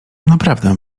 naprawdę